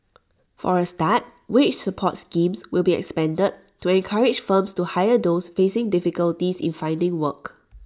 for A start wage support schemes will be expanded to encourage firms to hire those facing difficulties in finding work